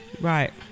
Right